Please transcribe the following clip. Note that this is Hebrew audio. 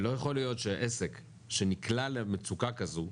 ולא יכול להיות שעסק שנקלע למצוקה כזו,